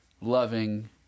loving